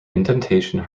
indentation